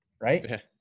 Right